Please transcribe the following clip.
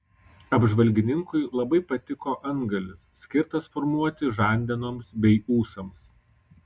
apžvalgininkui labai patiko antgalis skirtas formuoti žandenoms bei ūsams